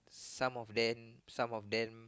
some of them some of them